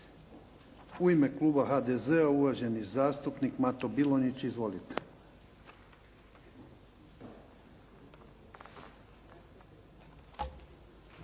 U ime kluba HDZ-a, uvaženi zastupnik Mato Bilonjić. Izvolite.